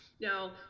now